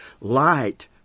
light